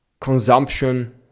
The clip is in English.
consumption